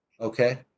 okay